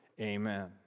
Amen